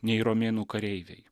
nei romėnų kareiviai